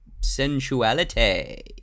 sensuality